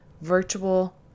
virtual